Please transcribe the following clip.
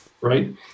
right